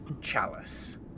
Chalice